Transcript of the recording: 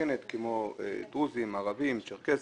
מתקנת כמו דרוזים, ערבים, צ'רקסים,